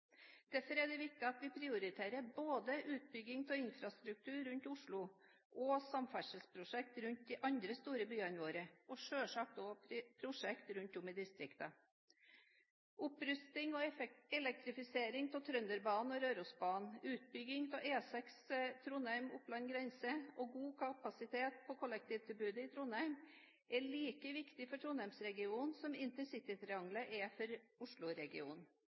Derfor er det viktig at vi prioriterer både utbygging av infrastruktur rundt Oslo og samferdselsprosjekt rundt de andre store byene våre, og selvsagt også prosjekter rundt om i distriktene. Opprustning og elektrifisering av Trønderbanen og Rørosbanen, utbygging av E6 fra Trondheim til Oppland grense og god kapasitet på kollektivtilbudet i Trondheim er like viktig for Trondheim-regionen som intercitytriangelet er for